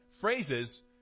phrases